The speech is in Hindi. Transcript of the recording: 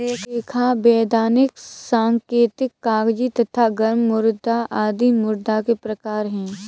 लेखा, वैधानिक, सांकेतिक, कागजी तथा गर्म मुद्रा आदि मुद्रा के प्रकार हैं